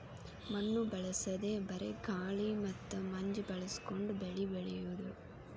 ಮಣ್ಣು ಬಳಸದೇ ಬರೇ ಗಾಳಿ ಮತ್ತ ಮಂಜ ಬಳಸಕೊಂಡ ಬೆಳಿ ಬೆಳಿಯುದು